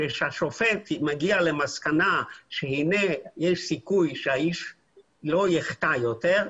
כשהשופט מגיע למסקנה שהנה יש סיכוי שהאיש לא יחטא יותר,